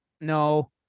No